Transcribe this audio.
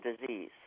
disease